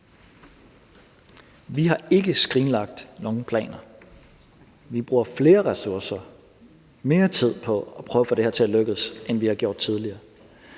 Vi har ikke skrinlagt nogen planer. Vi bruger flere ressourcer og mere tid på at prøve at få det her til at lykkes, end vi har gjort tidligere.